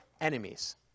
enemies